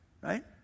Right